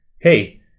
hey